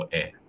air